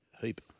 heap